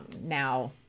now